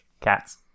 Cats